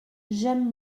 j’aime